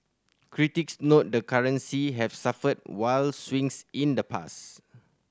critics note the currency has suffered wild swings in the past